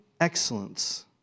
excellence